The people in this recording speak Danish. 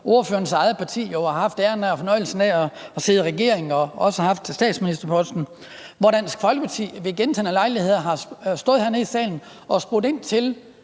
ordførerens eget parti har haft æren og fornøjelsen af at sidde i regering og også har haft statsministerposten, og hvor Dansk Folkeparti ved gentagne lejligheder har stået hernede i salen og spurgt ind til